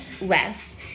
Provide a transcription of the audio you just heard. less